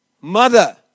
mother